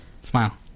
Smile